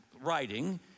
writing